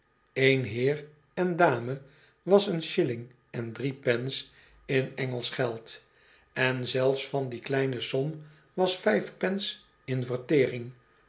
één heer en dame was een shilling en drie pence in engelsen geld en zolfs van die kleine som was vijf pence in vertering